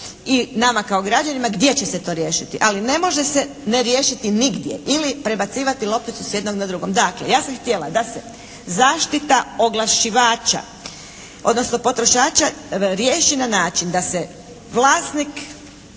i nama kao građanima gdje će se to riješiti, ali ne može se ne riješiti nigdje ili prebacivati lopticu s jednog na drugog. Dakle, ja sam htjela da se zaštita oglašivača, odnosno potrošača riješi na način da se vlasnik